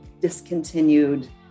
discontinued